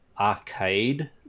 arcade